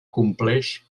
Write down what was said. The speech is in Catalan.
compleix